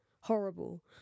horrible